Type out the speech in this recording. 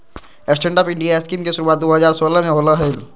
stand up India scheme के शुरुआत दू हज़ार सोलह में होलय हल